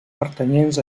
pertanyents